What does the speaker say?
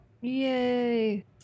Yay